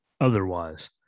Otherwise